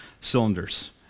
Cylinders